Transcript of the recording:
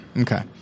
Okay